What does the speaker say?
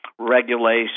Regulation